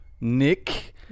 Nick